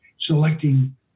selecting